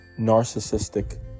narcissistic